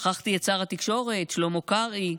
שכחתי את שר התקשורת שלמה קרעי.